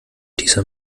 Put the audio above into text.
dieser